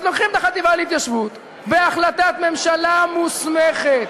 אז לוקחים את החטיבה להתיישבות בהחלטת ממשלה מוסמכת,